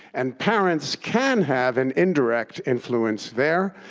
and parents can have an indirect influence there